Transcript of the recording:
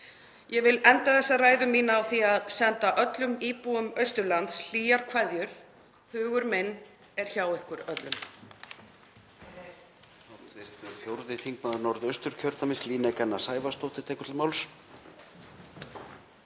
Ég vil enda þessa ræðu mína á því að senda öllum íbúum Austurlands hlýjar kveðjur. Hugur minn er hjá ykkur öllum.